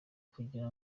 kugira